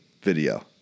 video